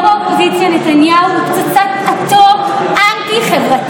ראש האופוזיציה נתניהו הוא פצצת אטום אנטי-חברתית.